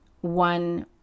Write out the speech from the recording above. one